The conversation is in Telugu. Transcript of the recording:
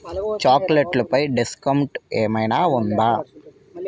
చాక్లెట్లు పై డిస్కౌంట్ ఏమైనా ఉందా